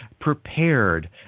prepared